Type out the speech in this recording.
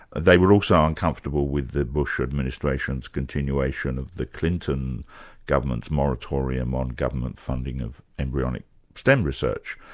they were also uncomfortable with the bush administration's continuation of the clinton government's moratorium on government funding of embryonic stem research.